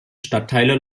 stadtteile